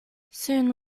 soon